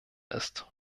ist